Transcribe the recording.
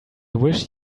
wish